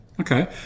Okay